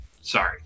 Sorry